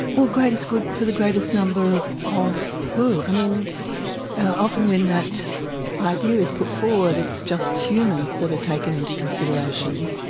well greatest good for the greatest number of who? i mean often when that idea is put forward it's just humans that are taken into consideration.